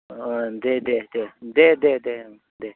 अ दे दे दे दे दे दे दे